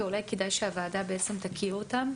ואולי כדאי שהוועדה תכיר אותם.